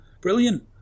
brilliant